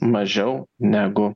mažiau negu